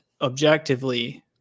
objectively